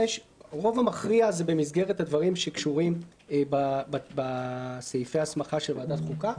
הרוב המכריע זה במסגרת הדברים שקשורים בסעיפי ההסמכה של ועדת החוקה,